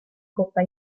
coppa